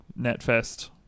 NetFest